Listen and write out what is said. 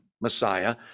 Messiah